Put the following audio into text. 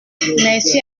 merci